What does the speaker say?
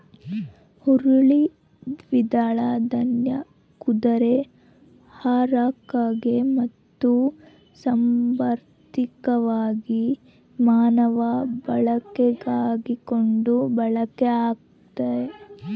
ಹುರುಳಿ ದ್ವಿದಳ ದಾನ್ಯ ಕುದುರೆ ಆಹಾರಕ್ಕಾಗಿ ಮತ್ತು ಸಾಂದರ್ಭಿಕವಾಗಿ ಮಾನವ ಬಳಕೆಗಾಗಿಕೂಡ ಬಳಕೆ ಆಗ್ತತೆ